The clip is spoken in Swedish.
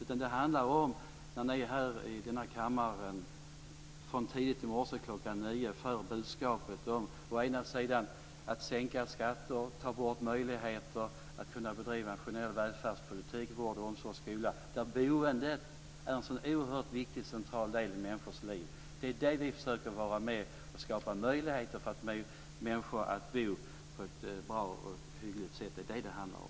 Vad det handlar om är att ni här i denna kammare, från tidigt i morse, klockan nio, för fram budskapet om att sänka skatter och ta bort möjligheter att bedriva generell välfärdspolitik; vård, omsorg, och skola. Boendet är en oerhört viktig och central del i människors liv. Det är det vi försöker vara med om; att skapa möjligheter för människor att bo på ett bra och hyggligt sätt. Det är vad det handlar om.